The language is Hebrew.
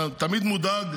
אתה תמיד מודאג,